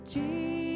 Jesus